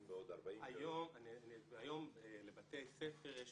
היום לבתי ספר יש